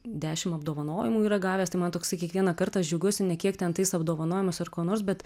dešimt apdovanojimų yra gavęs tai man toksai kiekvieną kartą aš džiaugiuosi ne kiek ten tais apdovanojimais ar kuo nors bet